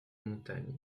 montagne